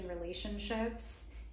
relationships